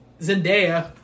Zendaya